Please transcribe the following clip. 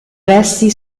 resti